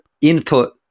input